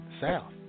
South